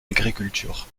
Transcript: agriculture